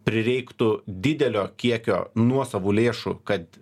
prireiktų didelio kiekio nuosavų lėšų kad